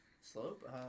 Slope